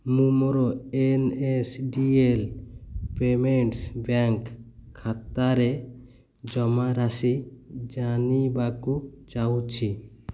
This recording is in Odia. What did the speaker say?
ମୁଁ ମୋର N S D L payments bank ଖାତାରେ ଜମାରାଶି ଜାଣିବାକୁ ଚାହୁଁଛି